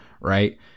right